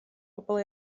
bobl